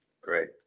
Great